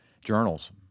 journals